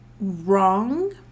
wrong